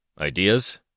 Ideas